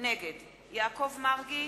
נגד יעקב מרגי,